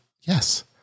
Yes